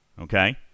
Okay